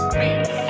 beats